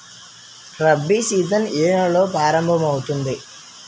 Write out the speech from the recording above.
Rabi season ఏ నెలలో ప్రారంభమౌతుంది?